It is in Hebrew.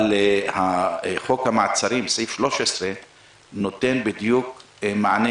אבל סעיף 13 בחוק המעצרים נותן בדיוק מענה